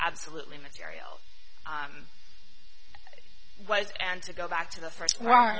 absolutely material i was and to go back to the first one